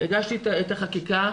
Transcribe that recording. הגשתי את החקיקה,